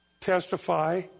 testify